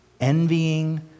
envying